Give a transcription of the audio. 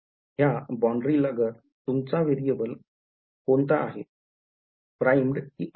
ह्या boundary लागत तुमचा variable कोणता आहे प्राईम कि unprimed